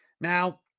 Now